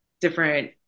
different